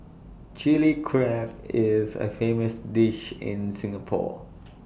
Chilli Crab is A famous dish in Singapore